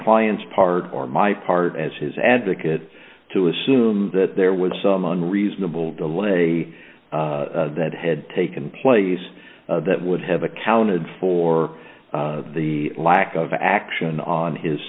client's part or my part as his advocate to assume that there was some unreasonable delay that had taken place that would have accounted for the lack of action on his